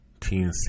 TNC